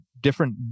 different